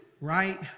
right